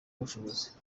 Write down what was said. ubushobozi